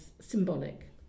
symbolic